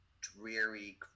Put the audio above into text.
dreary